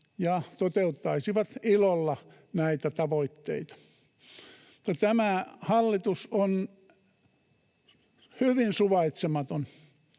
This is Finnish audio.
ja toteuttaisivat ilolla näitä tavoitteita. Mutta tämä hallitus on hyvin suvaitsematon,